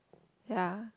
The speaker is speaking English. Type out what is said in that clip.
ya